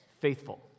faithful